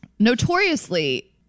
Notoriously